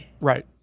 Right